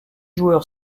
joueur